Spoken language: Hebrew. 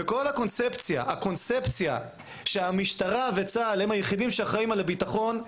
וכל הקונספציה שהמשטרה וצה"ל הם היחידים שאחראים על הביטחון,